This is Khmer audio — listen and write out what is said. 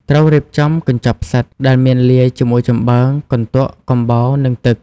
ត្រូវរៀបចំ កញ្ចប់ផ្សិត ដែលមានលាយជាមួយចម្បើង កន្ទក់ កំបោរ និងទឹក។